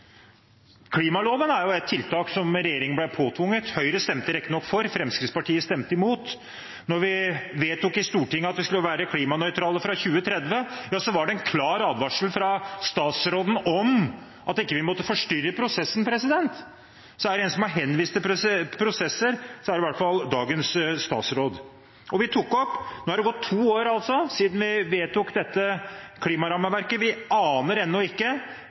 Klimaloven er et tiltak regjeringen ble påtvunget. Høyre stemte riktignok for, Fremskrittspartiet stemte imot. Da vi i Stortinget vedtok at vi skulle være klimanøytrale fra 2030, var det en klar advarsel fra statsråden om at vi ikke måtte forstyrre prosessen. Så hvis det er en som har henvist til prosesser, er det i hvert fall dagens statsråd. Nå er det gått to år siden vi vedtok dette klimarammeverket, og vi aner ennå ikke